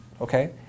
Okay